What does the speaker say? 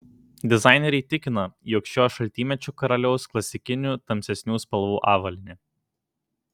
dizaineriai tikina jog šiuo šaltymečiu karaliaus klasikinių tamsesnių spalvų avalynė